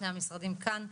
שני המשרדים כאן,